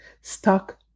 stuck